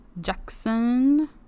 Jackson